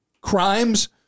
crimes